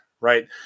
right